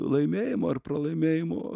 laimėjimo ar pralaimėjimo